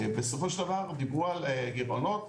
דיברו על גירעונות,